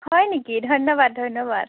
হয় নেকি ধন্যবাদ ধন্যবাদ